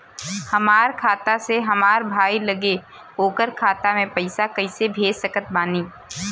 हमार खाता से हमार भाई लगे ओकर खाता मे पईसा कईसे भेज सकत बानी?